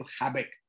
habit